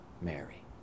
Mary